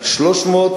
המחיר.